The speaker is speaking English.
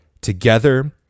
Together